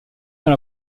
dans